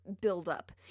buildup